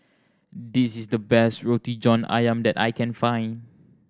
this is the best Roti John Ayam that I can find